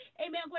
Amen